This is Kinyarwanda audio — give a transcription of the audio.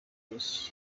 bless